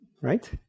Right